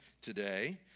today